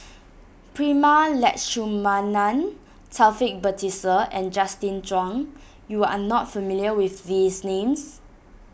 Prema Letchumanan Taufik Batisah and Justin Zhuang you are not familiar with these names